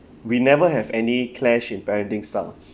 we never have any clash in parenting style